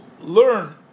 learn